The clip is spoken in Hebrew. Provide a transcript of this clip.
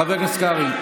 חבר הכנסת קרעי.